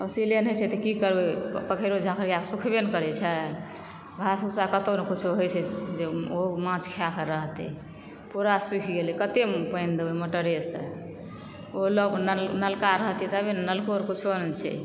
असूलिए नहि होइ छै तऽ की करबै पोखरियो झाखैरि आब सूखबे ने करै छै घास उसरा कतौ नहि होइ छै जे ओ माछ खायकऽ रहतै पूरा सूखि गेलै कते पानि देबै मोटरे सॅं ओ नलका रहितेए तबे ने नलको अर किछो नहि छै